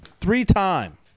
three-time